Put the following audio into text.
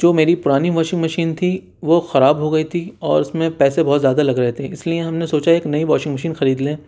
جو میری پرانی واشنگ مشین تھی وہ خراب ہو گئی تھی اور اس میں پیسے بہت زیادہ لگ رہے تھے اس لئے ہم نے سوچا ایک نئی واشنگ مشین خرید لیں